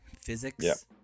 physics